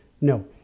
No